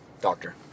doctor